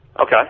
Okay